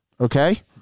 Okay